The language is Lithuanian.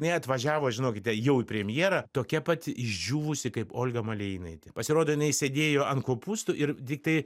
jinai atvažiavo žinokite jau į premjerą tokia pat išdžiūvusi kaip olga malėjinaitė pasirodo jinai sėdėjo ant kopūstų ir tik tai